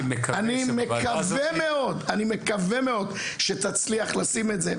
אני מקווה מאוד שתצליח לשים את זה,